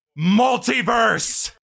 multiverse